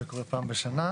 זה קורה פעם בשנה.